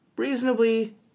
Reasonably